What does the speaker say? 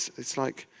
it's like